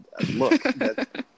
Look